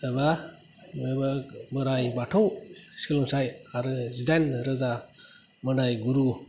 एबा बोराय बाथौ सोलोंथाय आरो जिदाइन रोजा मोदाय गुरु